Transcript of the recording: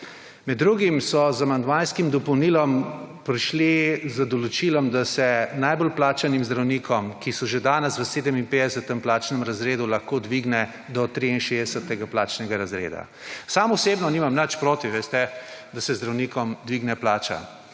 Med drugim so z amandmajskim dopolnilom prišli z določilom, da se najbolj plačanim zdravnikom, ki so že danes v 57. plačnem razredu, lahko razred dvigne do 63. plačnega razreda. Sam osebno nimam nič proti, da se zdravnikom dvigne plača.